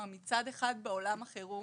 מצד אחד בעולם החירום